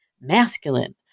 masculine